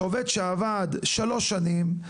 כשעובד שעבד שלוש שנים,